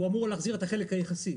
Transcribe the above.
הוא אמור להחזיר את החלק היחסי.